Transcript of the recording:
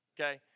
okay